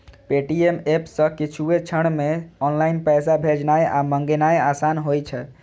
Paytm app सं किछुए क्षण मे ऑनलाइन पैसा भेजनाय आ मंगेनाय आसान होइ छै